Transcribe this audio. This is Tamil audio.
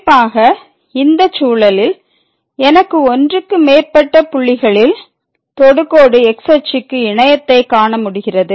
குறிப்பாக இந்தச் சூழலில் எனக்கு ஒன்றுக்கு மேற்பட்ட புள்ளிகளில் தொடுகோடு x அச்சுக்கு இணையத்தை காணமுடிகிறது